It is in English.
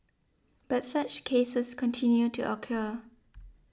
but such cases continue to occur